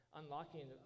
unlocking